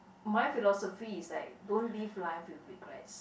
my philosophy is like don't live life with regrets